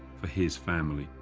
for his family.